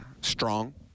strong